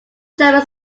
german